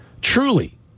Truly